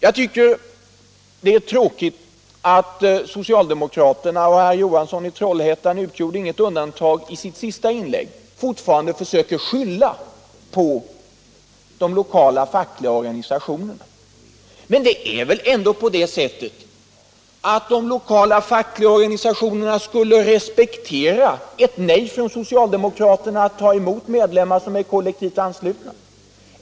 Jag tycker det är tråkigt att socialdemokraterna, och herr Johansson i Trollhättan utgjorde inget undantag i sitt inlägg, fortfarande försöker skylla på de lokala, fackliga organisationerna. Det är väländå så, att de lokala organisationerna skulle respektera ett nej från socialdemokraterna att ta emot medlemmar som är kollektivt anslutna.